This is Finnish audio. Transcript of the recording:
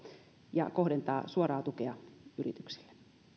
ja kohdentaa suoraa tukea yrityksille